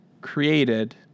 created